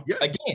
Again